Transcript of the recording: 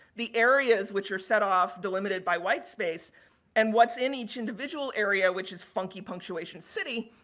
the areas which are set off delimited by white space and what's in each individual area, which is funky punctuation city,